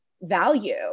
value